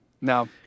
No